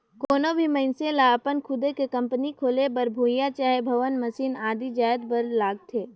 कोनो भी मइनसे लअपन खुदे के कंपनी खोले बर भुंइयां चहे भवन, मसीन आदि जाएत बर लागथे